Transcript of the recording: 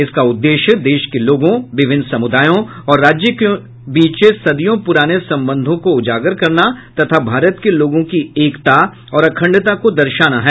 इसका उद्देश्य देश के लोगों विभिन्न समुदायों और राज्यों के बीच सदियों पूराने संबंधों को उजागर करना तथा भारत के लोगों की एकता और अखंडता को दर्शाना है